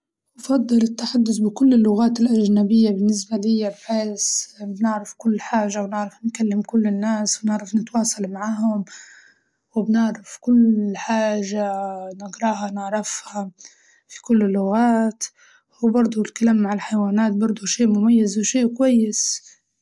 أفضل التجدث بكل اللغات الأجنبية بالنسبة ليا بحيس نعرف كل حاجة ونعرف نكلم كل الناس ونعرف نتواصل معاهم، وبتعرف كل حاجة نقراها نعرفها في كل اللغات وبرضه الكلام مع الحيوانات برضه شيء مميز وشيء كويس.